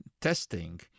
testing